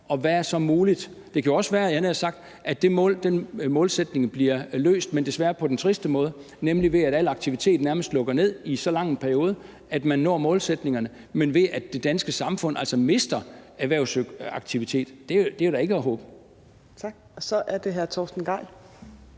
og hvad der så er muligt. Det kan jo også være, at den målsætning bliver løst, havde jeg nær sagt, men desværre på den triste måde, nemlig ved at al aktivitet nærmest lukker ned i så lang en periode, at man når målsætningerne, men ved at det danske samfund altså mister erhvervsaktivitet. Det er da ikke noget at håbe på. Kl.